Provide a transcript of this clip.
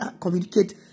communicate